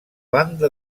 banda